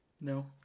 No